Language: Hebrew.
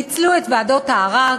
פיצלו את ועדות הערר,